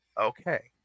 okay